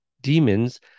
demons